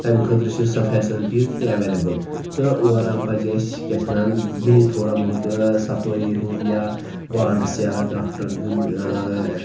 تَمہِ خٲطرٕ چھِ سۄ فیسَلٹیٖز تہِ ایٚولیبٕل تہٕ اوٚوَرآل پَزِ اسہِ کیاہ چھِ وَنان بیٚیہِ تھوڑا بہت ٲں صفٲیی ہُنٛد یا وارڈٕس یا ڈاکٹرَن ہُنٛد ٲں